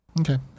Okay